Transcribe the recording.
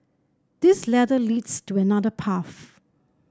this ladder leads to another path